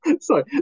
Sorry